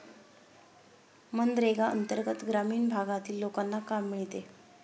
मनरेगा अंतर्गत ग्रामीण भागातील लोकांना काम मिळते